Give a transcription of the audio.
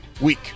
week